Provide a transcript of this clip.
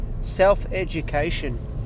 Self-education